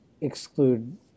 exclude